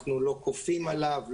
אנחנו לא כופים עליו,